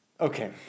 Okay